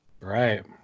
Right